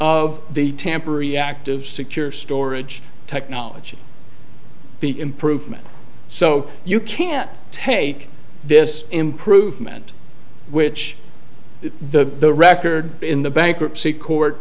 of the temporary active secure storage technology be improvement so you can take this improvement which that the record in the bankruptcy court